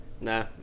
Nah